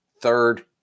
third